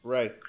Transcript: Right